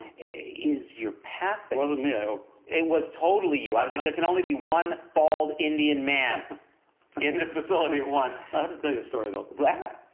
is your path. it wasn't me, i hope. it was totally you. i was like, there can only be one bald indian man in this facility at once. i have to tell you a story though. blab.